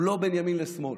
הוא לא בין ימין לשמאל,